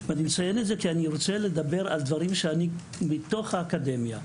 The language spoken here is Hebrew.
אני מציין את זה כי אני רוצה לדבר על דברים מתוך האקדמיה.